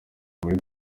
muri